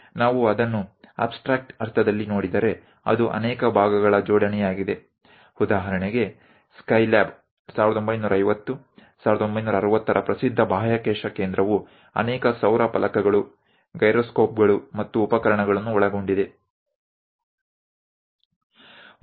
જો આપણે તે ગૂઢ અર્થ માં જોઈએ તો તે ઘણા ભાગો નું સંયોજન છે ઉદાહરણ તરીકે સ્કાયલેબ 1950 1960 ના પ્રખ્યાત અવકાશ મથકમાં સ્પેસ સ્ટેશનમાં ઘણી સોલાર પેનલ્સ ગાયરોસ્કોપ અને સાધનો ઇન્સ્ટ્રુમેન્ટ્સ શામેલ છે